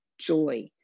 joy